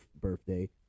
birthday